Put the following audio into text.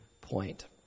point